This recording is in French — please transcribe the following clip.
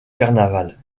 carnaval